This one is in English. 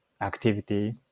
activity